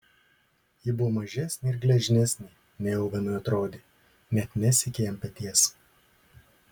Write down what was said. ji buvo mažesnė ir gležnesnė nei ovenui atrodė net nesiekė jam peties